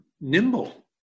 nimble